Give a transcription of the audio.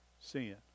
Sin